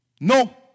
No